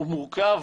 הוא מורכב,